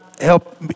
help